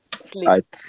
Please